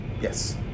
Yes